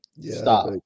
Stop